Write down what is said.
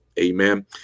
Amen